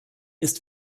ist